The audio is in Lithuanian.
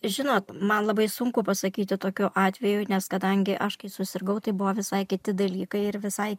žinot man labai sunku pasakyti tokiu atveju nes kadangi aš kai susirgau tai buvo visai kiti dalykai ir visai